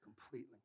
completely